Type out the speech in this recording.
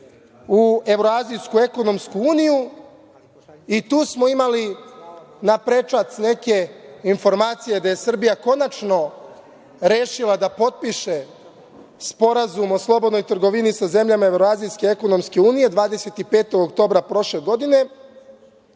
u Evroazijsku ekonomsku uniju i tu smo imali na prečac neke informacije gde je Srbija konačno rešila da potpiše Sporazum o slobodnoj trgovini sa zemljama Evroazijske ekonomske unije, 25. oktobra prošle godine.